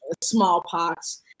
smallpox